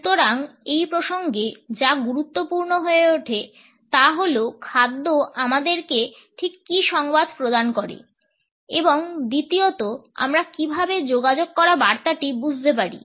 সুতরাং এই প্রসঙ্গে যা গুরুত্বপূর্ণ হয়ে ওঠে তা হল খাদ্য আমাদেরকে ঠিক কী সংবাদ প্রদান করে এবং দ্বিতীয়ত আমরা কীভাবে যোগাযোগ করা বার্তাটি বুঝতে পারি